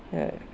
uh